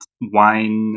wine